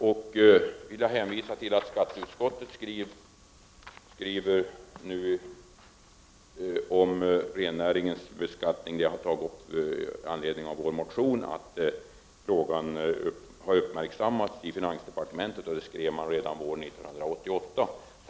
Jag vill hänvisa till att skatteutskottet i anledning av vår motion skriver att frågan om rennäringens beskattning har uppmärksammats i finansdepartementet. Det skrev man redan våren 1988.